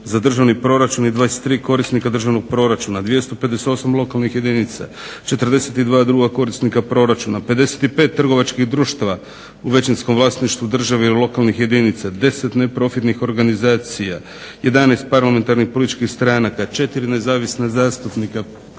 za Državni proračun i 23 korisnika Državnog proračuna, 258 lokalnih jedinica, 42 korisnika proračuna, 55 trgovačkih društava u većinskom vlasništvu države i lokalnih jedinica, 10 neprofitnih organizacija, 11 parlamentarnih političkih stranaka, 4 nezavisna zastupnika,